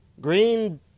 green